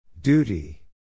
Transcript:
Duty